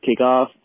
kickoff